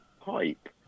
Pipe